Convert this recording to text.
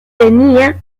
tenía